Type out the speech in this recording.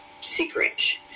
secret